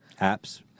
Apps